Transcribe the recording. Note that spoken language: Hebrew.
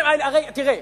תראה,